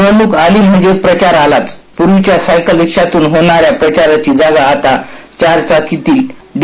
निवडणूक आली म्हणजे प्रचार आलाच पूर्वीच्या सायकल रिक्षातून होणाऱ्या प्रचाराची जागा आता चार चाकीतील डी